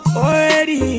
already